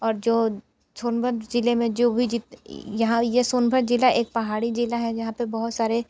और जो सोनभद्र ज़िले में जो भी जित यहाँ ये सोनभद्र ज़िला एक पहाड़ी ज़िला है जहाँ पे बहुत सारे